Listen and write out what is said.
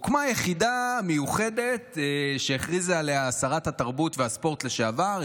הוקמה יחידה מיוחדת שהכריזה עליה שרת התרבות והספורט לשעבר,